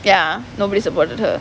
ya nobody supported her